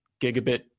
gigabit